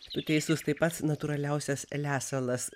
tu teisus tai pats natūraliausias lesalas